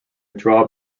draw